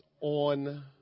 on